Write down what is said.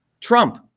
Trump